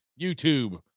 YouTube